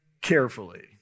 carefully